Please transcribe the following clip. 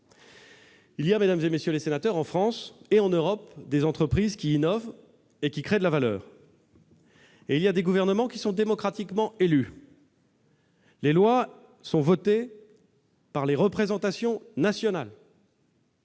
Mesdames, messieurs les sénateurs, en France et en Europe, il existe des entreprises qui innovent et qui créent de la valeur. Il y a aussi des gouvernements qui sont démocratiquement élus. Les lois sont votées par les représentations nationales.